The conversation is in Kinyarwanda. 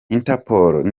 interpol